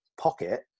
pocket